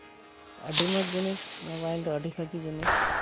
ᱟᱹᱰᱤ ᱢᱚᱡᱽ ᱡᱤᱱᱤᱥ ᱢᱳᱵᱟᱭᱤᱞ ᱫᱚ ᱟᱹᱰᱤ ᱵᱷᱟᱹᱜᱤ ᱡᱤᱱᱤᱥ